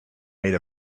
made